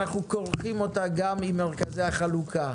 אנחנו כורכים אותה גם עם מרכזי החלוקה.